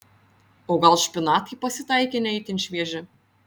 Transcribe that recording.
o gal špinatai pasitaikė ne itin švieži